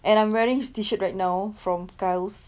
and I'm wearing his T shirt right now from kyle's